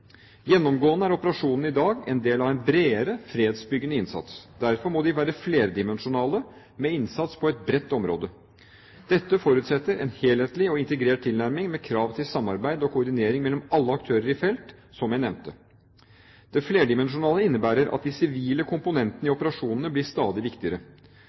Gjennomgående er operasjonene i dag en del av en bredere fredsbyggende innsats. Derfor må de være flerdimensjonale med innsats på et bredt område. Dette forutsetter en helhetlig og integrert tilnærming med krav til samarbeid og koordinering mellom alle aktører i felt, som jeg nevnte. Det flerdimensjonale innebærer at de sivile komponentene i operasjonene blir stadig viktigere.